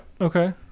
okay